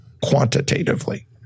quantitatively